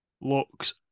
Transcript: looks